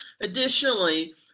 Additionally